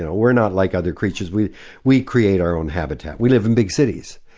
so we're not like other creatures, we we create our own habitat, we live in big cities.